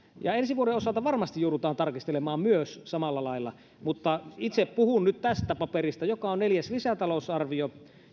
myös ensi vuoden osalta varmasti joudutaan tarkistelemaan samalla lailla mutta itse puhun nyt tästä paperista joka on neljäs lisätalousarvio